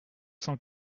cent